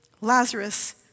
Lazarus